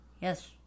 Yes